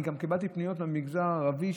אני גם קיבלתי פניות מהמגזר הערבי,